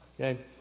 Okay